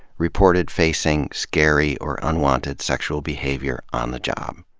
reported facing scary or unwanted sexual behavior on the job.